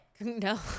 No